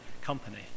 company